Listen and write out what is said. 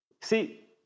See